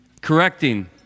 correcting